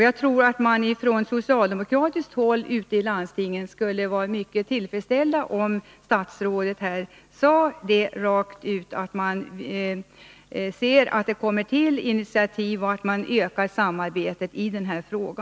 Jag tror att socialdemokraterna ute i landstingen skulle vara mycket tillfredsställda om statsrådet klart uttalade att hon gärna ser nya initiativ och ökat samarbete i denna fråga.